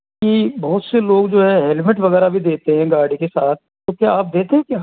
कि बहुत से लोग जो है हेलमेट वगैरह भी देते हैं गाड़ी के साथ तो क्या आप देते हो क्या